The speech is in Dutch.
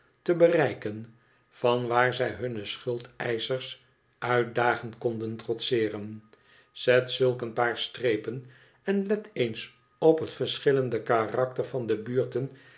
te bereiken van waar zij hunne schuldcischers uitdagend konden trotseeren zet zulk een paar strepen en let eens op het verschillende karakter van de buurten